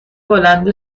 بلند